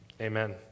Amen